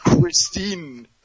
Christine